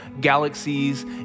galaxies